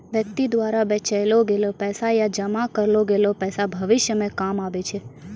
व्यक्ति द्वारा बचैलो गेलो पैसा या जमा करलो गेलो पैसा भविष्य मे काम आबै छै